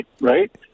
right